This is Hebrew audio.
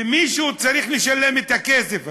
ומישהו צריך לשלם את הכסף הזה.